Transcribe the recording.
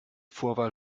vorwahl